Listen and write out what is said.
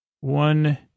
one